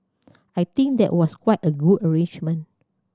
I think that was quite a good arrangement